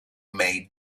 may